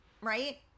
right